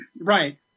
Right